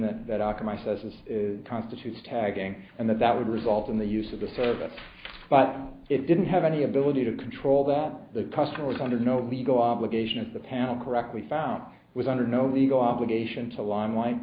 says this constitutes tagging and that that would result in the use of the service but it didn't have any ability to control that the customer was under no legal obligation of the panel correctly found was under no legal obligation to limelight